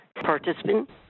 participant